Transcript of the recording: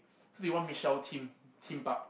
so they want Michelle Theme Theme Park